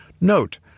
Note